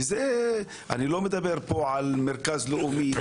וזה אני לא מדבר על מרכז לאומי,